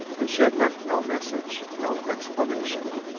and she had left no message, no explanation.